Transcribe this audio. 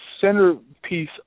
centerpiece